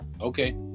Okay